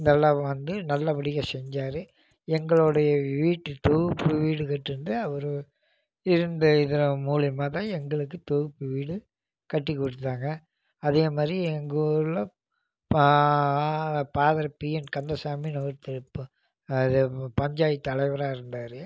இதெல்லாம் வந்து நல்லபடியாக செஞ்சார் எங்களுடைய வீடு தொகுப்பு வீடு கட்டுனது அவரு இருந்த இதன் மூலியமாக தான் எங்களுக்கு தொகுப்பு வீடு கட்டி கொடுத்தாங்க அதே மாதிரி எங்கள் ஊரில் பாதர் பி என் கந்தசாமினு ஒருத்தர் இப்போ அது பஞ்சாயத்து தலைவராக இருந்தார்